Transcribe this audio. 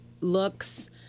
looks